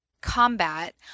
combat